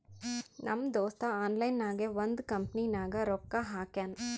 ನಮ್ ದೋಸ್ತ ಆನ್ಲೈನ್ ನಾಗೆ ಒಂದ್ ಕಂಪನಿನಾಗ್ ರೊಕ್ಕಾ ಹಾಕ್ಯಾನ್